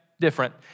different